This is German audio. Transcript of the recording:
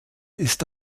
ist